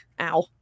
Ow